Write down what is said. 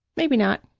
maybe not.